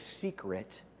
secret